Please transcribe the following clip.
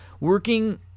Working